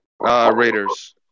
Raiders